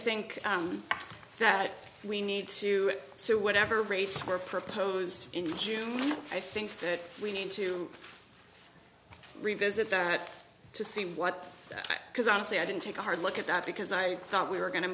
think that we need to so whatever rates were proposed in june i think that we need to revisit that to see what because honestly i didn't take a hard look at that because i thought we were going to